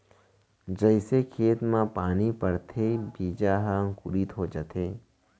जइसे खेत म पानी परथे बीजा ह अंकुरित हो जाथे